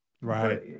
Right